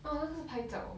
orh 那个是拍照的